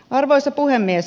arvoisa puhemies